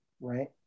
right